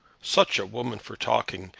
such a woman for talking!